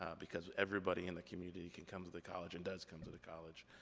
ah because everybody in the community can come to the college, and does come to the college.